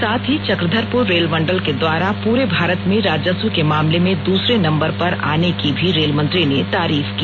साथ ही चक्रधरपुर रेल मंडल के द्वारा पूरे भारत में राजस्व के मामले में दूसरे नंबर पर आने की भी रेल मंत्री ने तारीफ की